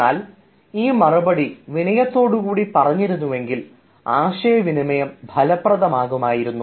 എന്നാൽ ഈ മറുപടി വിനയത്തോടു കൂടി പറഞ്ഞിരുന്നുവെങ്കിൽ ആശയവിനിമയം ഫലപ്രദമായിരുന്നു